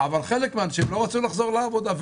אבל חלק מהאנשים לא רצו לחזור לעבודה.